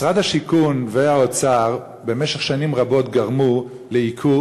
משרדי השיכון והאוצר במשך שנים רבות גרמו לייקור